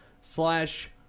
slash